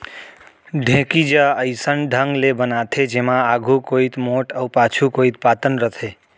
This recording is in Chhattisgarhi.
ढेंकी ज अइसन ढंग ले बनाथे जेमा आघू कोइत मोठ अउ पाछू कोइत पातन रथे